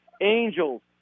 Angels